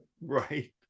Right